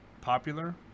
popular